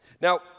Now